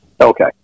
okay